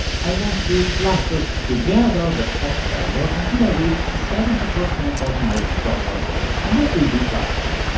i want to cluster together the top seller until i reach seventy percent of my total sales. and that will be class a.